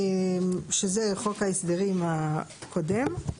שזה חוק ההסדרים הקודם.